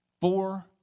Four